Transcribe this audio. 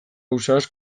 ausaz